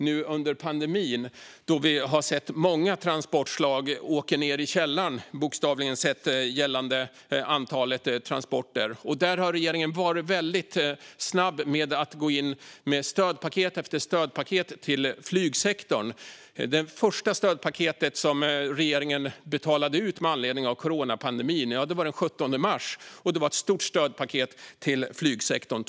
Nu under pandemin har vi sett många transportslag bokstavligt talat åka ned i källaren gällande antalet transporter. Regeringen har varit väldigt snabb med att gå in med stödpaket efter stödpaket till flygsektorn. Det första stödpaket som regeringen betalade ut med anledning av coronapandemin kom den 17 mars och var ett stort stödpaket till flygsektorn.